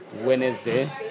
Wednesday